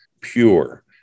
pure